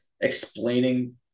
explaining